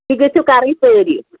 تُہۍ گٔژھِو کَرٕںی تٲریٖف